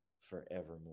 forevermore